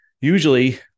usually